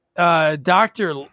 Doctor